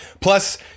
Plus